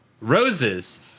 Roses